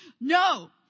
No